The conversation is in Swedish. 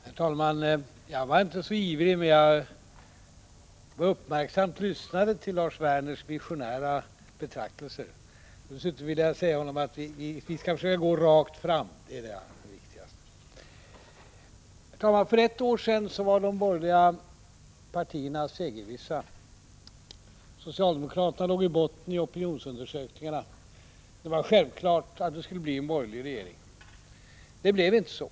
Herr talman! Jag var inte så ivrig, men jag lyssnade uppmärksamt till Lars Werners visionära betraktelser. Dessutom vill jag säga honom att vi skall försöka gå rakt fram. Herr talman! För ett år sedan var de borgerliga partierna segervissa. Socialdemokraterna låg i botten i opinionsundersökningarna, och det var självklart att det skulle bli en borgerlig regering. Det blev inte så.